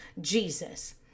Jesus